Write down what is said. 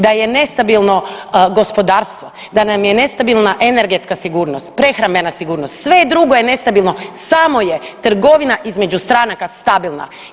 Da je nestabilno gospodarstvo, da nam je nestabilna energetska sigurnost, prehrambena sigurnost, sve drugo je nestabilno samo je trgovina između stranaka stabilna.